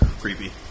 creepy